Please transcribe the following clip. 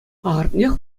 ахӑртнех